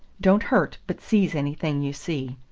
don't hurt, but seize anything you see.